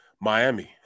Miami